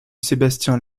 sébastien